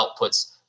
outputs